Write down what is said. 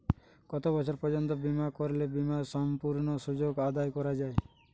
কত বছর পর্যন্ত বিমা করলে বিমার সম্পূর্ণ সুযোগ আদায় করা য়ায়?